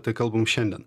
tai kalbam šiandien